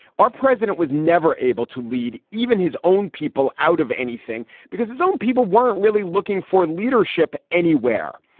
our president was never able to lead even his own people out of anything because his own people weren't really looking for leadership anywhere.